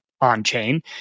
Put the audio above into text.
on-chain